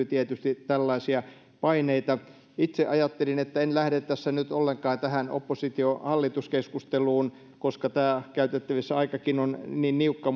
tietysti tällaisia paineita itse ajattelin että en lähde tässä nyt ollenkaan tähän oppositio hallitus keskusteluun koska tämä käytettävissä oleva aikakin on niin niukka